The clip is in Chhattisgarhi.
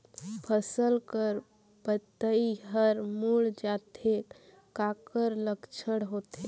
फसल कर पतइ हर मुड़ जाथे काकर लक्षण होथे?